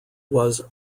was